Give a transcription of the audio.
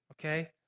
Okay